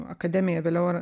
akademiją vėliau ar